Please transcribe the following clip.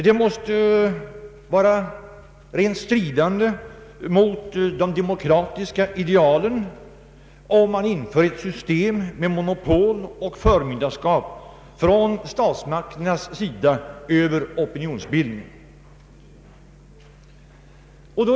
Det måste vara stridande mot de demokratiska idealen om man har ett system med monopol och förmynderskap från statsmakternas sida över opinionsbildningen.